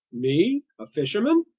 me? a fisherman!